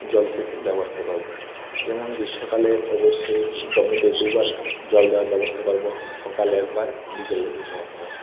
জলসেচের ব্যবস্থা করবো যেমন গ্রীষ্মকালে অবশ্যই জমিতে দুবার জল দেওয়ার ব্যবস্থা করবো সকালে একবার বিকেলের দিকে একবার